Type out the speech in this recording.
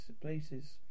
places